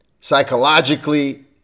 psychologically